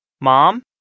Mom